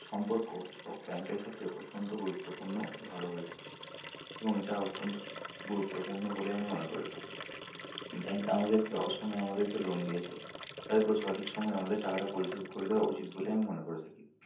সম্পর্ক সব ব্যাংকের সাথে অত্যন্ত গুরুত্বপূর্ণ ভালো হয়ে থাকে এবং যা অত্যন্ত সু গুরুত্বপূর্ণ বলে আমি মনে করে থাকি ব্যাংক আমাদেরকে অসময়ে আমাদেরকে লোন দিয়েছে তাই ওকে সঠিক সময়ে আমাদের টাকাটা পরিশোধ করে দেওয়া উচিত বলেই আমি মনে করে থাকি